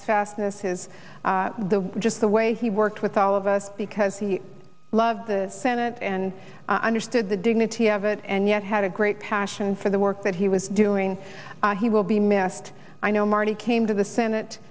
fastnesses the just the way he worked with all of us because he loved the senate and understood the dignity of it and yet had a great passion for the work that he was doing he will be missed i know marty came to the senate